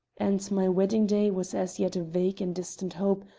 and my wedding-day was as yet a vague and distant hope,